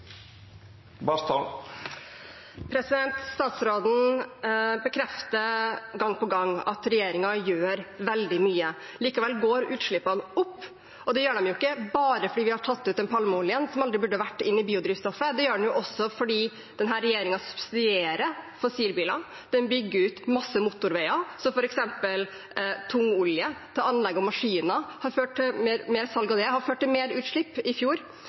Statsråden bekrefter gang på gang at regjeringen gjør veldig mye. Likevel går utslippene opp, og det gjør de jo ikke bare fordi vi har tatt ut den palmeoljen, som aldri burde vært i biodrivstoffet; de gjør det jo også fordi denne regjeringen subsidier fossilbiler, den bygger ut masse motorveier, så f.eks. mer salg av tungolje til anlegg og maskiner har ført til mer utslipp i fjor. Den vil utvide flyplasser. Flytrafikken øker i